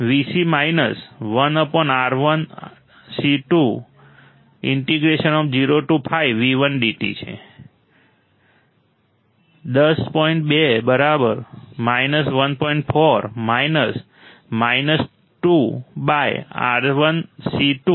તેથી અહીં હું 0 થી 5 સુધી ઘટાડી શકું છું R1C1